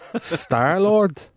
Star-Lord